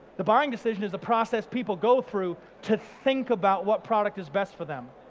the buying decision is the process people go through to think about what product is best for them.